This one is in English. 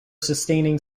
sustaining